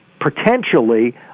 potentially